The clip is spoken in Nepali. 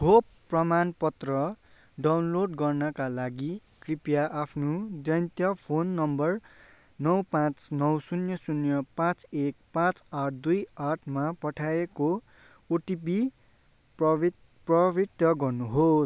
खोप प्रमाण पत्र डाउनलोड गर्नाका लागि कृपया आफ्नो दन्तीय फोन नम्बर नौ पाँच नौ शून्य शून्य पाँच एक पाँच आठ दुई आठमा पठाएको ओटिपी प्रवि प्रवित्त गर्नु होस्